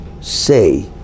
say